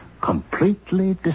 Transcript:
Completely